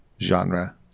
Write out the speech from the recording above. genre